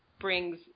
brings